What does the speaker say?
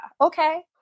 Okay